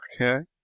okay